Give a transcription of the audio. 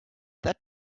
that